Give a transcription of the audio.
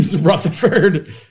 Rutherford